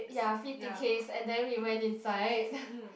ya free tickets and then we went inside